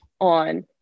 on